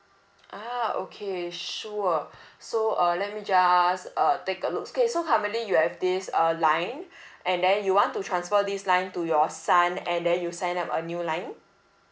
ah okay sure so uh let me just uh take a look okay so currently you have this err line and then you want to transfer this line to your son and then you sign up a new line